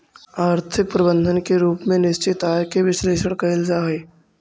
आर्थिक प्रबंधन के रूप में निश्चित आय के विश्लेषण कईल जा हई